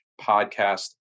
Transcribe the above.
podcast